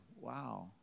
wow